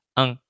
ang